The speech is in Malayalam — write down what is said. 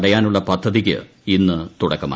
തടയാനുള്ള പദ്ധതിയ്ക്ക് ഇന്ന് തുടക്കമായി